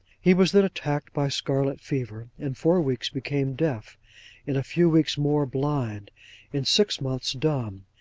he was then attacked by scarlet fever in four weeks became deaf in a few weeks more, blind in six months, dumb.